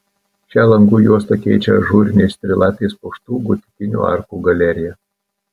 šią langų juostą keičia ažūriniais trilapiais puoštų gotikinių arkų galerija